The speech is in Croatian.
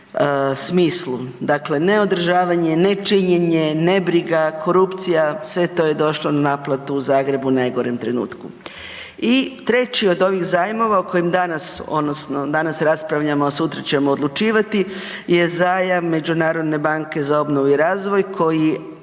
smislu. Dakle, neodržavanje, nečinjenje, nebriga, korupcija, sve to je došlo na naplatu u Zagrebu u najgorem trenutku. I treći od ovih zajmova o kojem danas odnosno danas raspravljamo a sutra ćemo odlučivati je zajam Međunarodne banke za obnovu i razvoj koji